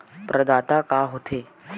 प्रदाता का हो थे?